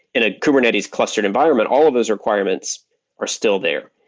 in a kubernetes clustered environment, all of those requirements are still there.